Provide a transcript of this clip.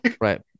Right